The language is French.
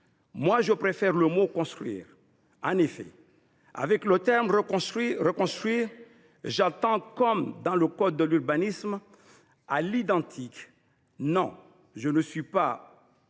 moi, je préfère le mot « construire ». En effet, avec le terme « reconstruire », j’entends, comme dans le code de l’urbanisme, « à l’identique ». Non, je ne saurais l’accepter,